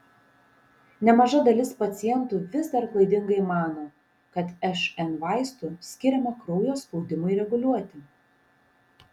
nemaža dalis pacientų vis dar klaidingai mano kad šn vaistų skiriama kraujo spaudimui reguliuoti